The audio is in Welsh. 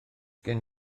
gen